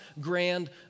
grand